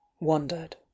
wondered